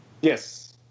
Yes